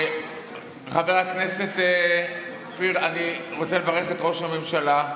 חבר הכנסת אופיר, אני רוצה לברך את ראש הממשלה.